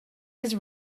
his